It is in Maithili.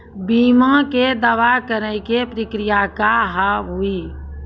बीमा के दावा करे के प्रक्रिया का हाव हई?